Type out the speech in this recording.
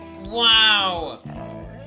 Wow